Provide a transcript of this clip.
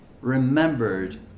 remembered